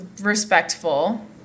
respectful